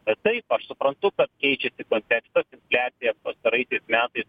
bet taip aš suprantu kad keičiasi kontekstas infliacija pastaraisiais metais